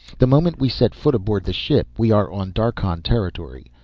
the moment we set foot aboard the ship we are on darkhan territory.